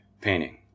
painting